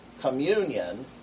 communion